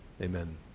amen